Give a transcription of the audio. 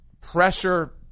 pressure